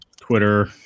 Twitter